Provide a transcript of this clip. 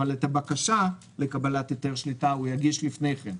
אבל את הבקשה לקבלת היתר שליטה הוא יגיש לפני כן.